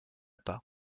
pas